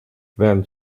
then